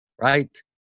right